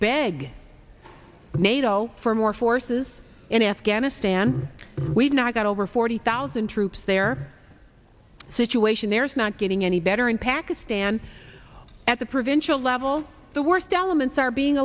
beg nato for more forces in afghanistan we've now got over forty thousand troops their situation there is not getting any better in pakistan at the provincial level the worst elements are being